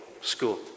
school